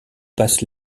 passe